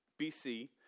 BC